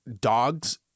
dogs